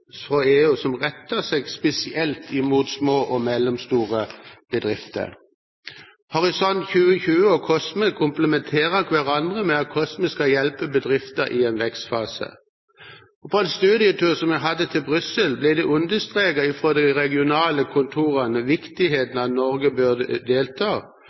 EU som retter seg spesielt mot små og mellomstore bedrifter. Horisont 2020 og COSME komplementerer hverandre ved at COSME skal hjelpe bedrifter i en vekstfase. På en studietur som jeg hadde til Brussel, ble viktigheten av at Norge burde delta understreket fra de regionale kontorene.